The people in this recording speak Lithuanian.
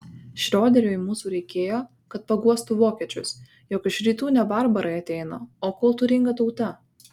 šrioderiui mūsų reikėjo kad paguostų vokiečius jog iš rytų ne barbarai ateina o kultūringa tauta